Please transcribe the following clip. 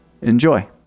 Enjoy